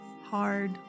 Hard